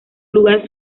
lugar